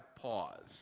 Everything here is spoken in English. pause